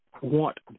want